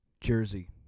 Jersey